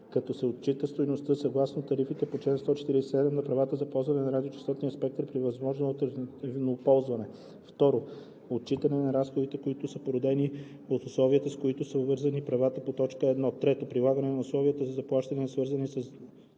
като се отчита стойността съгласно тарифата по чл. 147 на правата за ползване на радиочестотен спектър при възможно алтернативно ползване; 2. отчитане на разходите, които са породени от условията, с които са обвързани правата по т. 1, и 3. прилагане на условия за заплащане, свързани с